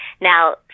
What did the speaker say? Now